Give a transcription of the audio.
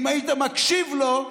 אם היית מקשיב לו,